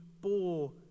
bore